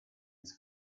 its